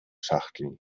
schachtel